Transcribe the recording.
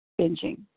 binging